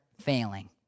failing